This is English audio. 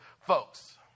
folks